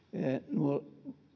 nuo